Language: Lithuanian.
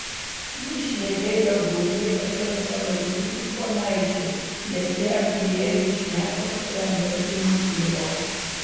jis šnekėjo grubiai kad jo nepalaikytų ponaičiu nes jam įėjus šnekos kuriam laikui nutilo